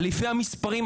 אלפי המספרים,